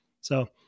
So-